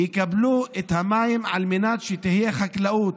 יקבלו את המים על מנת שתהיה חקלאות.